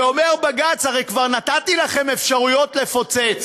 ואומר בג"ץ: הרי כבר נתתי לכם אפשרויות לפוצץ.